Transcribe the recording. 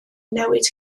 newid